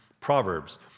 Proverbs